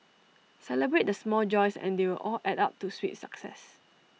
celebrate the small joys and they will all add up to sweet success